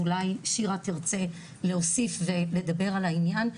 אז אולי שירה תרצה להוסיף ולדבר על העניין.